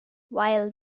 while